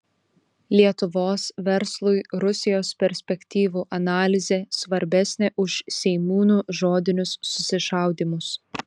lietuvos verslui rusijos perspektyvų analizė svarbesnė už seimūnų žodinius susišaudymus